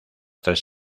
tres